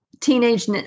Teenage